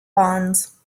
bonds